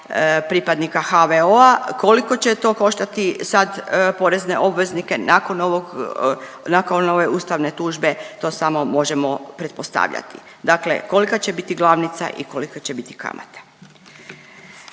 pripadnika HVO-a, koliko će to koštati sad porezne obveznike nakon ovog, nakon ove ustavne tužbe to samo možemo pretpostavljati. Dakle kolika će biti glavnica i kolika će biti kamata.